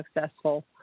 successful